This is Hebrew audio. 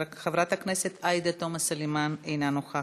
חברת הכנסת עאידה תומא סלימאן, אינה נוכחת,